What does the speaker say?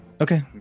Okay